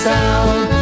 sound